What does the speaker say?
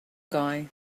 guy